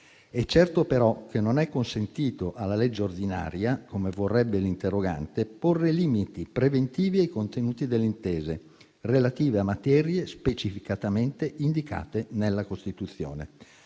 È certo però che non è consentito alla legge ordinaria, come vorrebbe l'interrogante, porre limiti preventivi ai contenuti delle intese, relativi a materie specificatamente indicate nella Costituzione.